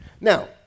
Now